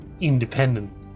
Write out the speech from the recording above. independent